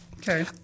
Okay